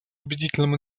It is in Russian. убедительным